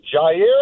Jair